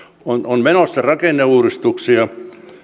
on on menossa rakenneuudistuksia